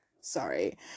Sorry